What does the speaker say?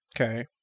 Okay